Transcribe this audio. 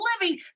living